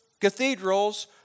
cathedrals